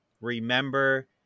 remember